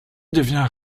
devient